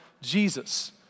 Jesus